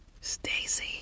Stacy